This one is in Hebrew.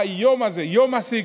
היום הזה, יום הסיגד,